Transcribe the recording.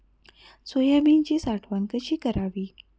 सोयाबीनची साठवण कशी करावी?